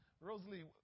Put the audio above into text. Rosalie